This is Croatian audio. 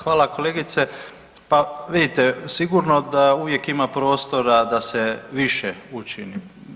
Hvala kolegice, pa vidite sigurno da uvijek ima prostora da se više učini.